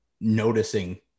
noticing